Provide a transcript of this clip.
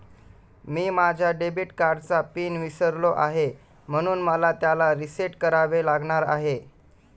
मी माझ्या डेबिट कार्डचा पिन विसरलो आहे म्हणून मला त्याला रीसेट करावे लागणार आहे